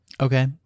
okay